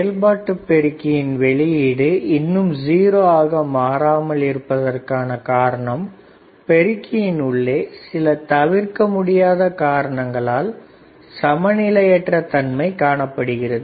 செயல்பாட்டு பெருக்கியின் வெளியீடு இன்னும் 0 ஆக மாறாமல் இருப்பதற்கான காரணம் பெருக்கியின் உள்ளே சில தவிர்க்க முடியாத காரணங்களால் சமநிலையற்ற தன்மை காணப்படுகிறது